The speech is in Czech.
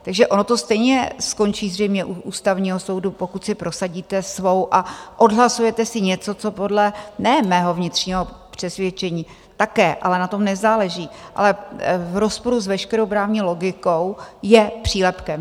Takže ono to stejně skončí zřejmě u Ústavního soudu, pokud si prosadíte svou a odhlasujete si něco, co podle ne mého vnitřního přesvědčení, také, ale na tom nezáleží, ale v rozporu s veškerou právní logikou je přílepkem.